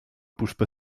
puspei